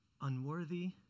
unworthy